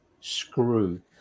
screw